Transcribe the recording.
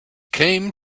came